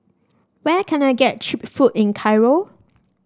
where can I get cheap food in Cairo